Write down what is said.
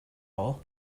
all